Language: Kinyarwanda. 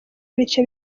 ibice